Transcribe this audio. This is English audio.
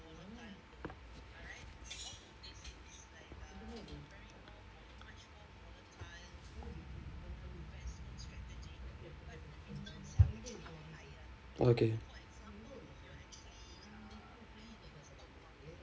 okay